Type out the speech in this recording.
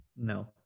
no